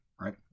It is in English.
Right